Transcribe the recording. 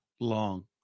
long